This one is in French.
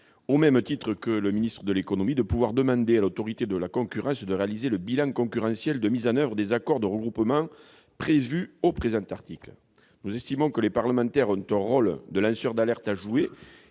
au même titre que le ministre de l'économie, à demander à l'Autorité de la concurrence de réaliser le bilan concurrentiel de mise en oeuvre des accords de regroupement prévu à cet article. Nous estimons que les parlementaires ont un rôle de lanceur d'alerte à jouer